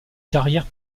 carrière